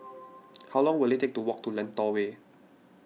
how long will it take to walk to Lentor Way